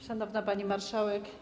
Szanowna Pani Marszałek!